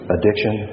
Addiction